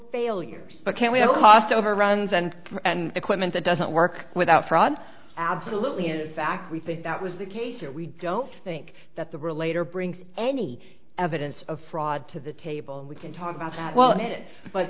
failures but can we have cost overruns and equipment that doesn't work without fraud absolutely and in fact we think that was the case or we don't think that the relator brings any evidence of fraud to the table and we can talk about well in it but